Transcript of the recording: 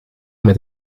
met